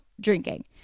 drinking